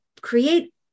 create